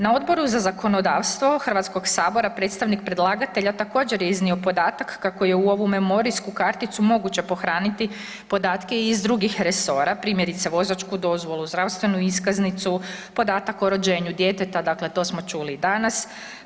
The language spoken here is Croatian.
Na Odboru za zakonodavstvo HS predstavnik predlagatelja također je iznio podatak kako je u ovu memorijsku karticu moguće pohraniti podatke i iz drugih resora, primjerice vozačku dozvolu, zdravstvenu iskaznicu, podatak o rođenju djeteta, dakle to smo čuli i danas.